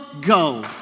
go